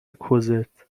کوزتچون